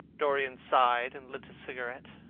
dorian sighed and lit a cigarette.